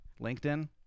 LinkedIn